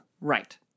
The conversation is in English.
Right